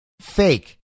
fake